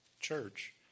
church